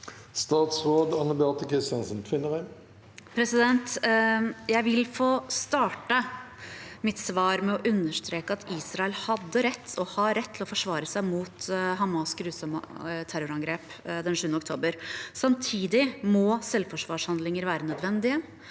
Statsråd Anne Beathe Kristiansen Tvinnereim Jeg vil få starte mitt svar med å understreke at Israel hadde og har rett til å forsvare seg mot Hamas’ grusomme terrorangrep den 7. oktober. Samtidig må selvforsvarshandlinger være nødvendige,